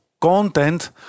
content